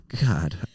god